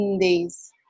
days